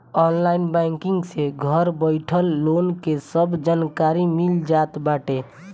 online banking से घर बइठल लोन के सब जानकारी मिल जात बाटे